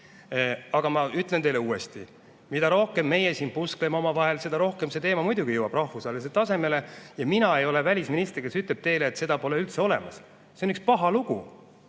Aga ma ütlen teile uuesti, mida rohkem meie siin puskleme omavahel, seda rohkem see teema muidugi jõuab rahvusvahelisele tasemele. Mina ei ole välisminister, kes ütleb teile, et seda pole üldse olemas. See on üks paha lugu,